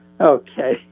Okay